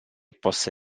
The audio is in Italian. possa